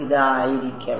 ഇത് ആയിരിക്കണം